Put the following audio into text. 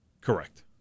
Correct